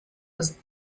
was